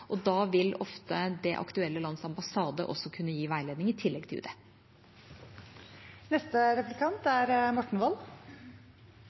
og da vil ofte det aktuelle lands ambassade også kunne gi veiledning i tillegg til